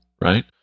right